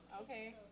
Okay